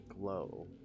glow